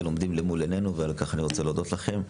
עומדים למול עינינו ועל כך אני רוצה להודות לכם.